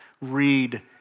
read